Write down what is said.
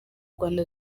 rwanda